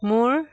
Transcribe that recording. মোৰ